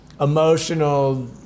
emotional